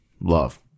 love